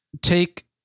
take